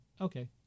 Okay